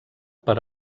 per